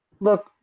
Look